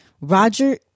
Roger